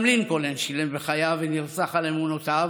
גם לינקולן שילם בחייו ונרצח על אמונותיו.